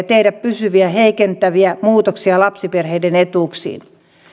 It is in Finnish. tehdä pysyviä heikentäviä muutoksia lapsiperheiden etuuksiin